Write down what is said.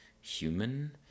human